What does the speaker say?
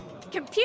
Computer